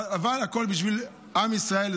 אבל הכול בשביל עם ישראל,